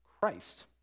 Christ